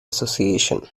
association